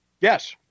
Yes